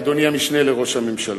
אדוני המשנה לראש הממשלה.